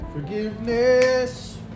forgiveness